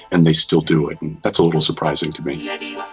and they still do it. that's a little surprising to me. yeah yeah